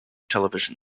television